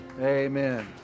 Amen